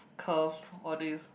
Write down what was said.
curves all these